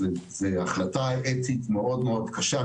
זו החלטה אתית מאוד מאוד קשה,